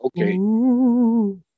okay